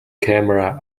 camera